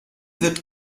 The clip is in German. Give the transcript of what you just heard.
wird